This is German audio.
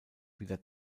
wieder